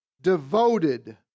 devoted